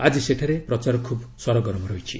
ଆଜି ସେଠାରେ ପ୍ରଚାର ଖୁବ୍ ସରଗରମ ରହିଛି